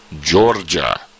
Georgia